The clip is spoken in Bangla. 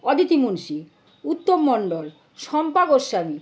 অদিতি মুন্সি উত্তম মণ্ডল শম্পা গোস্বামী